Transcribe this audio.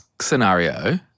scenario